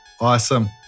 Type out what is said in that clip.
Awesome